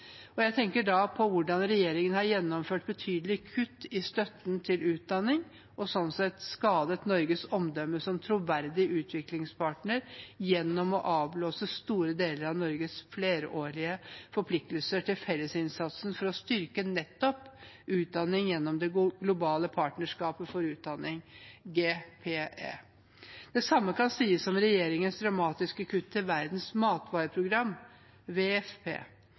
Jeg tenker da på hvordan regjeringen har gjennomført betydelige kutt i støtten til utdanning og sånn sett skadet Norges omdømme som troverdig utviklingspartner gjennom å avblåse store deler av Norges flerårige forpliktelse til fellesinnsatsen for å styrke utdanning gjennom Det globale partnerskapet for utdanning, GPE. Det samme kan sies om regjeringens dramatiske kutt til Verdens matvareprogram,